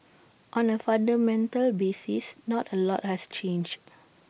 on A fundamental basis not A lot has changed